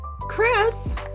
Chris